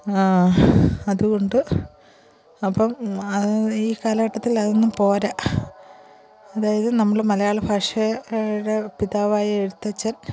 അതുകൊണ്ട് അപ്പം ഈ കാലഘട്ടത്തിലതൊന്നും പോരാ അതായത് നമ്മൾ മലയാളഭാഷയുടെ പിതാവായ എഴുത്തച്ഛൻ